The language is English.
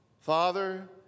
Father